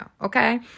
Okay